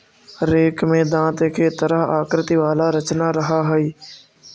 rake में दाँत के तरह आकृति वाला रचना रहऽ हई